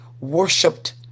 worshipped